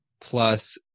plus